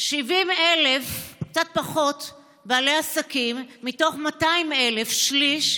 קצת פחות מ-70,000 בעלי עסקים מתוך 200,000, שליש,